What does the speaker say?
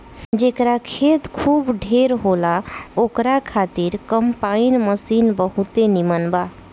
जेकरा खेत खूब ढेर होला ओकरा खातिर कम्पाईन मशीन बहुते नीमन बा